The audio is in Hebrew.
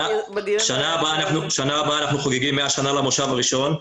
שנה הבאה אנחנו חוגגים 100 שנה למושב הראשון.